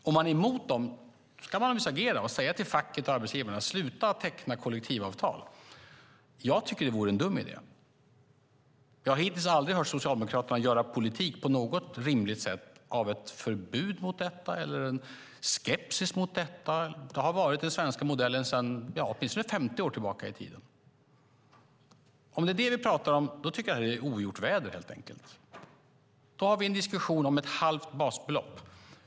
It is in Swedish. Om man är emot dem ska man naturligtvis agera och säga till facket och arbetsgivarna: Sluta teckna kollektivavtal! Jag tycker att det vore en dum idé. Jag har hittills aldrig hört Socialdemokraterna göra politik på något rimligt sätt av ett förbud mot detta eller en skepsis mot detta. Det har varit den svenska modellen sedan åtminstone 50 år tillbaka i tiden. Om det är det vi pratar om tycker jag att det är ogjort väder. Då har vi en diskussion om ett halvt basbelopp.